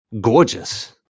gorgeous